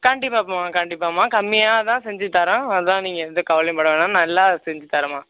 கண்டிப்பாப்மா கண்டிப்பாம்மா கம்மியாக தான் செஞ்சித்தரோம் அதெலாம் நீங்கள் எந்த கவலையும் பட வேணாம் நல்லா செஞ்சு தரம்மா